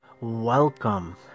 Welcome